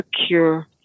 secure